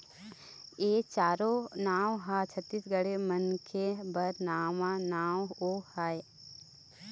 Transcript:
ए चारो नांव ह छत्तीसगढ़ के मनखे बर नवा नांव नो हय